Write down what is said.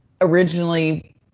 originally